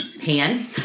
pan